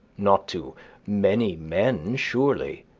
not to many men surely,